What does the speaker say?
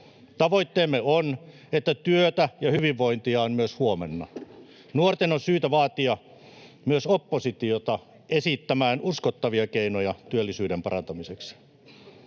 Tavoitteemme on, että työtä ja hyvinvointia on myös huomenna. Nuorten on syytä vaatia myös oppositiota esittämään uskottavia keinoja työllisyyden parantamiseksi.